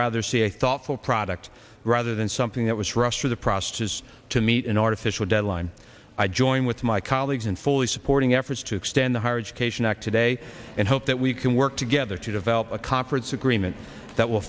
rather see a thoughtful product rather than something that was rushed through the process is to meet an artificial deadline i join with my colleagues in fully supporting efforts to extend the higher education act today and hope that we can work together to develop a conference agreement that will